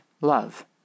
love